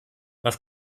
was